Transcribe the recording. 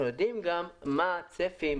אנחנו יודעים גם מה הצפי,